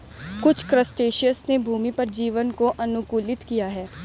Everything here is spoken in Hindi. कुछ क्रस्टेशियंस ने भूमि पर जीवन को अनुकूलित किया है